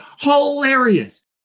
Hilarious